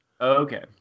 Okay